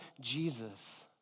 Jesus